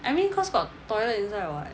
I mean because got toilet inside [what]